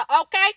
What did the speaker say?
okay